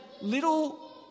little